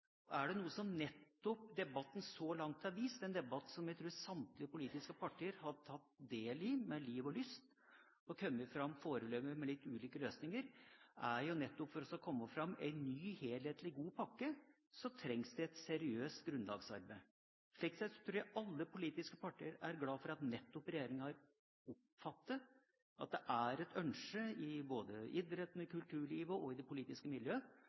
Er det noe debatten så langt har vist, en debatt som jeg tror samtlige politiske partier har tatt del i med liv og lyst – og en har kommet, foreløpig, med litt ulike løsninger – er det nettopp at for å komme fram til en ny helhetlig god pakke trengs det et seriøst grunnlagsarbeid. Slik sett tror jeg alle politiske partier er glad for at nettopp regjeringa har oppfattet at det er et ønske både i idretten, i kulturlivet og i det politiske